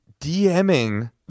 DMing